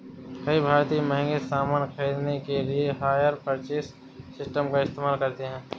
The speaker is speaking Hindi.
कई भारतीय महंगे सामान खरीदने के लिए हायर परचेज सिस्टम का इस्तेमाल करते हैं